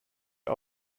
die